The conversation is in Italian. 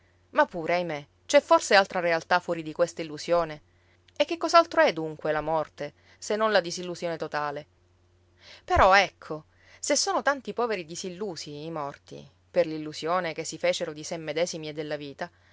ma pure ahimè c'è forse altra realtà fuori di questa illusione e che cos'altro è dunque la morte se non la disillusione totale però ecco se sono tanti poveri disillusi i morti per l'illusione che si fecero di se medesimi e della vita